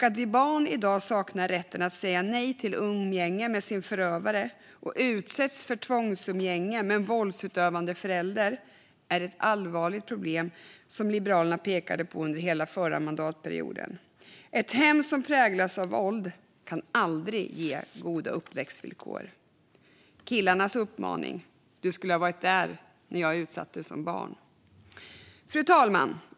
Att barn i dag saknar rätten att säga nej till umgänge med sin förövare och utsätts för tvångsumgänge med en våldsutövande förälder är ett allvarligt problem som Liberalerna pekade på under hela förra mandatperioden. Ett hem som präglas av våld kan aldrig ge goda uppväxtvillkor. Killarnas uppmaning var: Du skulle ha varit där när jag utsattes som barn. Fru talman!